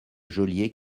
geôlier